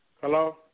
Hello